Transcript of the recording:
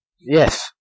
Yes